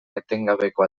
etengabeko